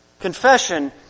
confession